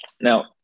Now